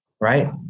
Right